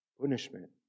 punishment